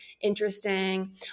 interesting